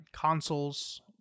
consoles